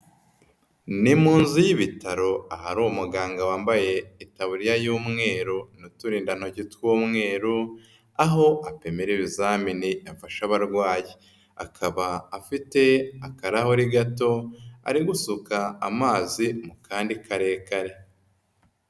Ni mu nzu y'ibitaro ahari umuganga wambaye itaburiya y'umweru n'uturindantoki tw'umweru, aho apimira ibizamini yafashe abarwayi. Akaba afite akarahuri gato ari gusuka amazi mu kandi karekare.